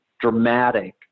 dramatic